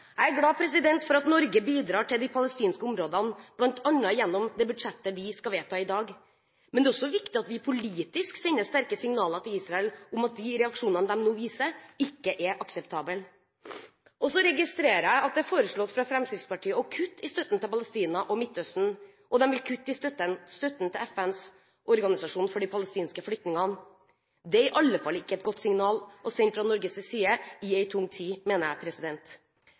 Jeg er glad for at Norge bidrar til de palestinske områdene, bl.a. gjennom det budsjettet vi skal vedta i dag. Men det er også viktig at vi politisk sender sterke signaler til Israel om at de reaksjonene de nå viser, ikke er akseptable. Så registrerer jeg at det er foreslått fra Fremskrittspartiet å kutte i støtten til Palestina og Midtøsten, og de vil kutte i støtten til FNs organisasjon for de palestinske flyktningene. Det er iallfall ikke et godt signal å sende fra Norges side i en tung tid, mener jeg.